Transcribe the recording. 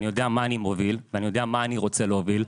אני יודע מה אני מוביל ומה אני רוצה להוביל.